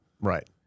Right